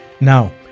Now